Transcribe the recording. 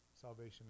salvation